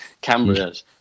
cameras